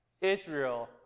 Israel